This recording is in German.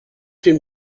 dem